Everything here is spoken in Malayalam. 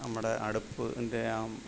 നമ്മുടെ അടുപ്പിൻ്റെ ആ